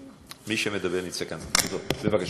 בבקשה.